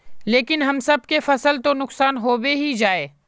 लेकिन हम सब के फ़सल तो नुकसान होबे ही जाय?